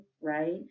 right